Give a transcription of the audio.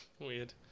Weird